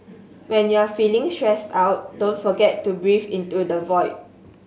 when you are feeling stressed out don't forget to breathe into the void